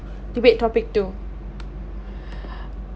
debate topic two